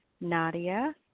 Nadia